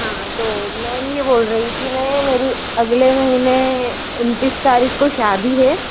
हाँ तो मैम यह बोल रही थी मैं मेरी अगले महीने उन्तीष तारीख को शादी है